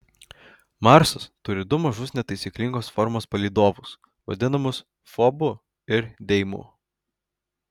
marsas turi du mažus netaisyklingos formos palydovus vadinamus fobu ir deimu